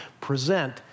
present